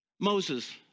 Moses